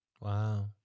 Wow